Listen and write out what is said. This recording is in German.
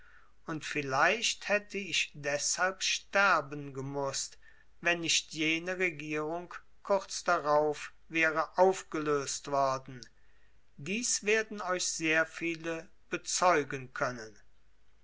und vielleicht hätte ich deshalb sterben gemußt wenn nicht jene regierung kurz darauf wäre aufgelöst worden dies werden euch sehr viele bezeugen können